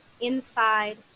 inside